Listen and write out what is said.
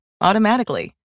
automatically